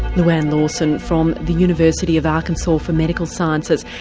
louanne lawson from the university of arkansas for medical sciences.